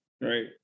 right